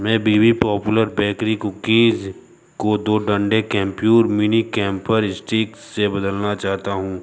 मैं B B popular bakery cookies को दो डंडे केम्प्युर मिनी कैंपर स्टिक्स से बदलना चाहता हूँ